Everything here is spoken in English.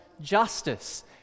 justice